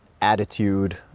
attitude